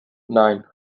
nine